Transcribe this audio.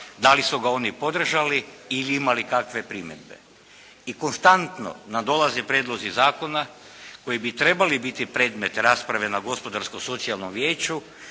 da li su ga oni podržali ili imali kakve primjedbe. I konstantno nam dolaze prijedlozi zakona koji bi trebali biti predmet rasprave na Gospodarsko-socijalnom vijeću